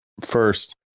first